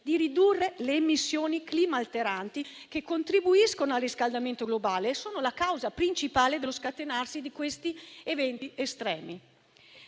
di ridurre le emissioni climalteranti che contribuiscono al riscaldamento globale e sono la causa principale dello scatenarsi di questi eventi estremi.